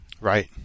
right